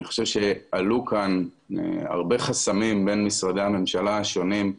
אני חושב שעלו כאן הרבה חסמים בין משרדי הממשלה השונים,